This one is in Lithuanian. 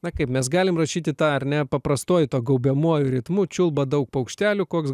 na kaip mes galim rašyti tą ar ne paprastuoju tuo gaubiamuoju ritmu čiulba daug paukštelių koks